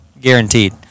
guaranteed